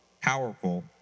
powerful